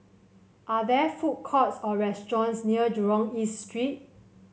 are there food courts or restaurants near Jurong East Street